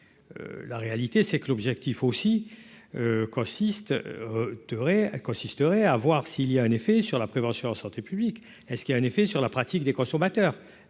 la réalité c'est que l'objectif aussi consiste. Ah, consisterait à voir s'il y a un effet sur la prévention santé publique est ce qu'il a un effet sur la pratique des consommateurs,